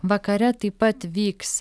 vakare taip pat vyks